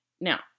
Now